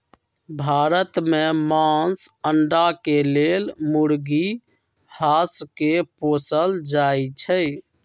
भारत में मास, अण्डा के लेल मुर्गी, हास के पोसल जाइ छइ